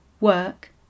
work